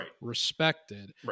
respected